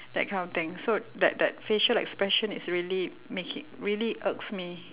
that kind of thing so that that facial expression is really making really irks me